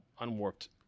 Unwarped